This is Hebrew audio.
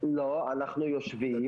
אנחנו יושבים.